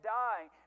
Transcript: dying